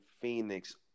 Phoenix